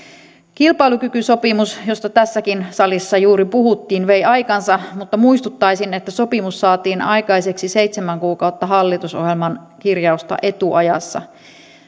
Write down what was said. kilpailukykysopimus josta tässäkin salissa juuri puhuttiin vei aikansa mutta muistuttaisin että sopimus saatiin aikaiseksi seitsemän kuukautta hallitusohjelman kirjausta etuajassa